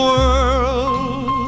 world